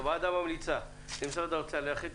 הוועדה ממליצה למשרד האוצר להחיל את